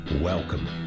Welcome